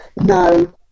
No